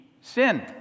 sin